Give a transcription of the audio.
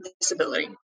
disability